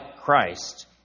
Christ